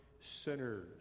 sinners